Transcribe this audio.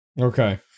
Okay